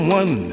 one